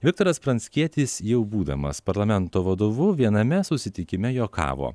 viktoras pranckietis jau būdamas parlamento vadovu viename susitikime juokavo